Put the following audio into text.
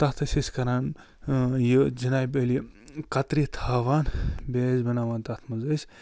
تَتھ ٲسۍ أسۍ کَران یہِ جِنابہِ عٲلی کترِ تھاوان بیٚیہِ ٲسۍ بناوان تَتھ منٛز أسۍ